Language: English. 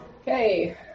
Okay